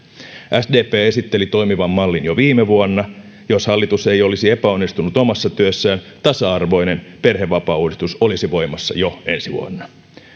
sdp esitteli toimivan mallin jo viime vuonna jos hallitus ei olisi epäonnistunut omassa työssään tasa arvoinen perhevapaauudistus olisi voimassa jo ensi vuonna